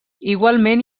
igualment